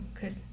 good